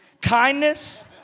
Kindness